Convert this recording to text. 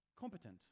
competent